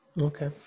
okay